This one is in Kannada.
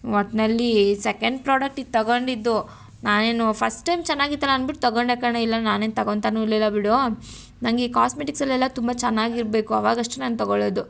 ಒಟ್ಟಿನಲ್ಲಿ ಸೆಕೆಂಡ್ ಪ್ರೋಡಕ್ಟ್ ಇದು ತಗೊಂಡಿದ್ದು ನಾನೇನು ಫಸ್ಟ್ ಟೈಮ್ ಚೆನ್ನಾಗಿತ್ತಲ್ಲ ಅಂದ್ಬಿಟ್ಟು ತಗೊಂಡೆ ಕಣೇ ಇಲ್ಲ ನಾನೇನು ತಗೊಂತಾನು ಇರಲಿಲ್ಲ ಬಿಡು ನನಗ್ ಈ ಕಾಸ್ಮೆಟಿಕ್ಸಲ್ಲೆಲ್ಲ ತುಂಬ ಚೆನ್ನಾಗಿರ್ಬೇಕು ಆವಾಗಷ್ಟೆ ನಾನು ತಗೊಳ್ಳೋದು